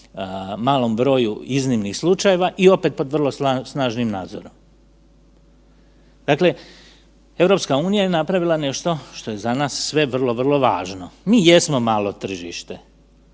malom broju iznimnih slučajeva i opet, pod vrlo snažnim nadzorom. Dakle, EU je napravila nešto što je za nas sve vrlo, vrlo važno. Mi jesmo malo tržište,